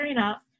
up